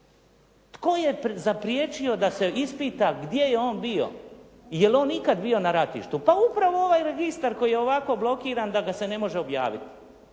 Tko je zapriječio da se ispita gdje je on bio i je li on ikad bio na ratištu. Pa upravo ovaj registar koji je ovako blokiran da ga se ne može objaviti.